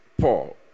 Paul